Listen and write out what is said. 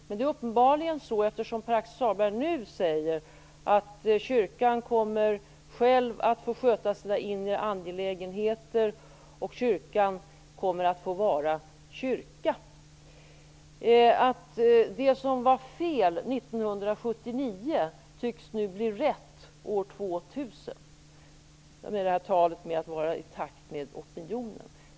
Men det är uppenbarligen så, eftersom Pär-Axel Sahlberg nu säger att kyrkan själv kommer att få sköta sina inre angelägenheter och att kyrkan kommer att få vara kyrka, att det som var fel 1979 tycks bli rätt år 2000. Jag syftar på talet om att vara i takt med opinionen.